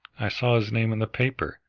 i saw his name in the paper.